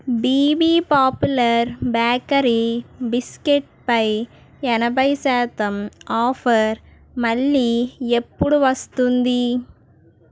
BB popular bakery biscuit పై ఎనభై శాతం ఆఫర్ మళ్ళీ ఎప్పుడు వస్తుంది